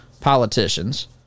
politicians